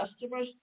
customers